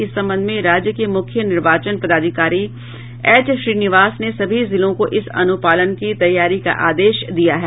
इस संबंध में राज्य के मुख्य निर्वाचन पदाधिकारी एच श्रीनिवास ने सभी जिलों को इस अनुपालन की तैयारी का आदेश दिया है